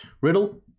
Riddle